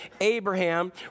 Abraham